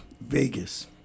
Vegas